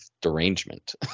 derangement